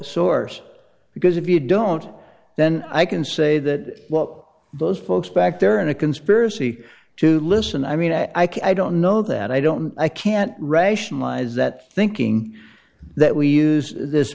source because if you don't then i can say that well those folks back there in a conspiracy to listen i mean i can i don't know that i don't i can't rationalize that thinking that we use this